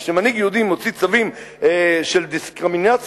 וכשמנהיג יהודי מוציא צווים של דיסקרימינציה,